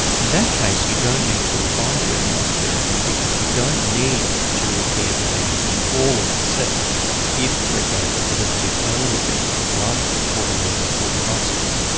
in that case you don't need to apply germline therapy because you don't need to repair the gene in all of the cells if, for example, the disease only affects the blood or the liver or the muscles.